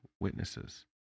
witnesses